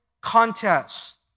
contest